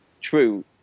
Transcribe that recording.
true